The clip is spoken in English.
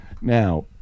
Now